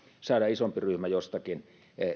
saada isompi ryhmä jostakin